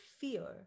fear